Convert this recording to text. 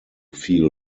feel